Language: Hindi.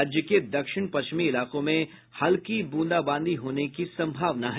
राज्य के दक्षिण पश्चिमी इलाकों में हल्की बूंदाबांदी होने की सम्भावना है